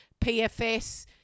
PFS